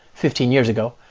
fifteen years ago.